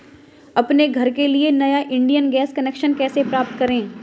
अपने घर के लिए नया इंडियन गैस कनेक्शन कैसे प्राप्त करें?